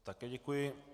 Také děkuji.